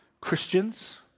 Christians